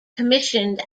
commissioned